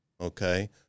okay